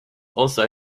also